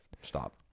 stop